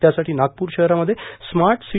त्यासाठी नागपूर शहरामध्ये smart C